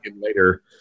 later